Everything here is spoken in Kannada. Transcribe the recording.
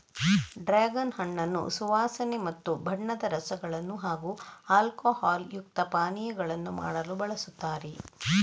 ಡ್ರಾಗನ್ ಹಣ್ಣನ್ನು ಸುವಾಸನೆ ಮತ್ತು ಬಣ್ಣದ ರಸಗಳನ್ನು ಹಾಗೂ ಆಲ್ಕೋಹಾಲ್ ಯುಕ್ತ ಪಾನೀಯಗಳನ್ನು ಮಾಡಲು ಬಳಸುತ್ತಾರೆ